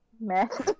Mess